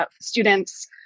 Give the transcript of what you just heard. students